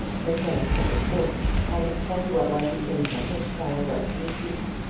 the colonel told it for him, and explained what was the income which clara was to receive.